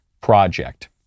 project